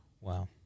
Wow